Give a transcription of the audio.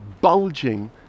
bulging